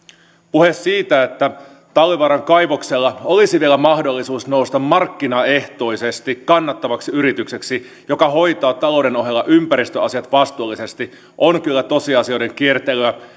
puhe siitä että talvivaaran kaivoksella olisi vielä mahdollisuus nousta markkinaehtoisesti kannattavaksi yritykseksi joka hoitaa talouden ohella ympäristöasiat vastuullisesti on kyllä tosiasioiden kiertelyä